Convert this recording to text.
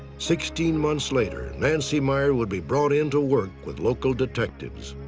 sixteen months later, nancy myer would be brought in to work with local detectives.